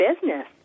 business